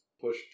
push